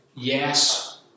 Yes